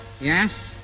Yes